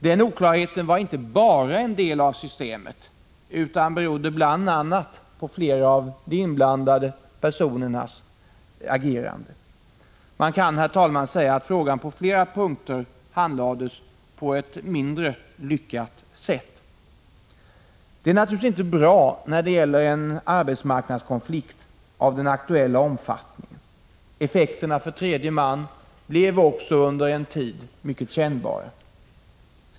Den oklarheten var inte bara en del av systemet utan berodde bl.a. på flera av de inblandade personernas agerande. Man kan, herr talman, säga att frågan på flera punkter handlades på ett mindre lyckat sätt. Det är naturligtvis inte bra när det gäller en arbetsmarknadskonflikt av den aktuella omfattningen. Effekterna för tredje man blev också under en tid kännbara.